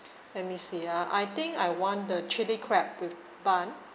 let me see ah I think I want the chili crab with bun